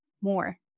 more